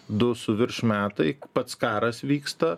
du su virš metai pats karas vyksta